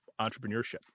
entrepreneurship